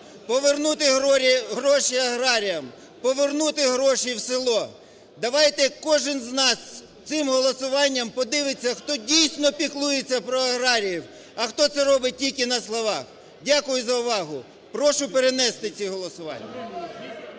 повернути гроші аграріям, повернути гроші в село. Давайте кожен з нас цим голосуванням подивиться, хто дійсно піклується, а хто це робить тільки на словах. Дякую за увагу. Прошу перенести ці голосування.